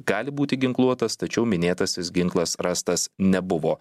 gali būti ginkluotas tačiau minėtasis ginklas rastas nebuvo